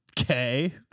Okay